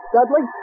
Dudley